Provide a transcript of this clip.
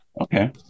okay